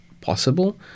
possible